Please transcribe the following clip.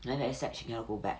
then very sad she cannot go back